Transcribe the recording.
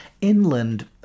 Inland